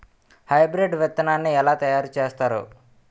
Hybrid విత్తనాన్ని ఏలా తయారు చేస్తారు?